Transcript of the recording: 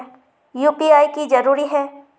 UPI की जरूरी है?